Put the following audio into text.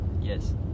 yes